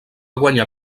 guanyar